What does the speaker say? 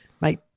mate